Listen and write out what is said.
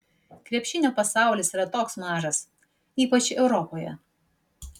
krepšinio pasaulis yra toks mažas ypač europoje